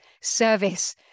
service